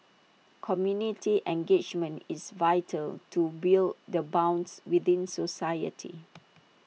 community engagement is vital to build the bonds within society